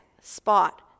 spot